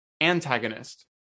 antagonist